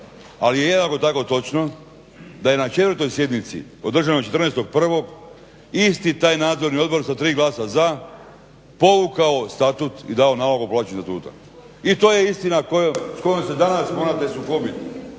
ali je jednako tako točno da je na cijeloj toj sjednici održanoj 14.01. isti taj nadzorni odbor sa tri glasa za povukao statut i dao na ovo …/Govornik se ne razumije…/ statuta i to je istina s kojom se danas morate sukobiti.